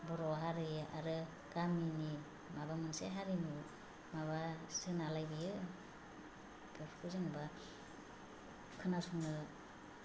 बर' हारि आरो गामिनि माबा मोनसे हारिमु माबासो नालाय बेयो बेफोरखौ जेनेबा खोनासंनो